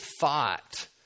thought